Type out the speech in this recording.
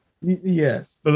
Yes